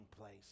place